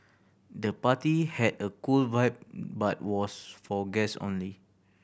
the party had a cool vibe but was for guests only